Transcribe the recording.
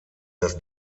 das